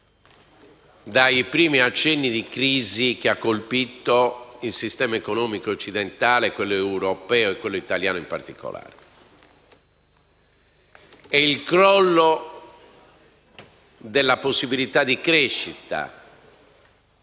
dai primi accenni di crisi che hanno colpito il sistema economico occidentale, quello europeo e quello italiano in particolare, e il crollo della possibilità di crescita,